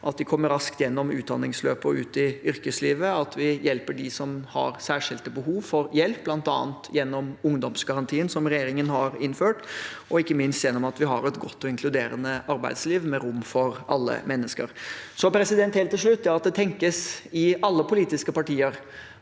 at de kommer raskt gjennom utdanningsløpet og ut i yrkeslivet, og at vi hjelper dem som har særskilte behov for hjelp, bl.a. gjennom ungdomsgarantien regjeringen har innført, og ikke minst gjennom at vi har et godt og inkluderende arbeidsliv med rom for alle mennesker. Helt til slutt: Det at det tenkes i alle politiske partier